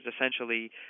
essentially